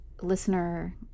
listener